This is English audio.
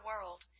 world